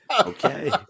Okay